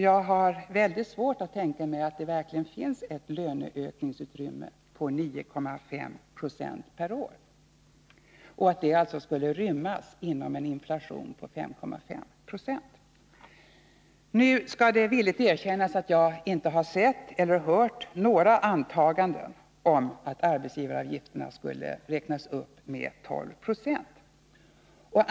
Jag har väldigt svårt att tänka mig att det verkligen finns ett löneökningsutrymme på 9,5 9 per år som skulle rymmas inom en inflation på 5,5 9. Nu skall jag villigt erkänna att jag varken har sett eller hört några antaganden om att arbetsgivaravgifterna skulle räknas upp med 12 96.